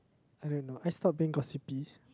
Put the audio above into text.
I don't know I start being gossipy